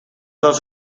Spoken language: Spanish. dos